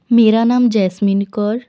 ਮੇਰਾ ਨਾਮ ਜੈਸਮੀਨ ਕੌਰ